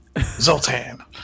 Zoltan